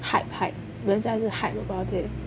hype hype 人家是 hype about it